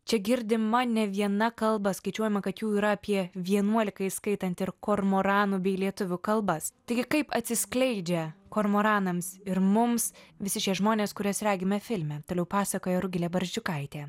čia girdima ne viena kalba skaičiuojama kad jų yra apie vienuolika įskaitant ir kormoranų bei lietuvių kalbas taigi kaip atsiskleidžia kormoranams ir mums visi šie žmonės kuriuos regime filme toliau pasakoja rugilė barzdžiukaitė